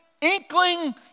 inkling